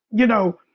you know,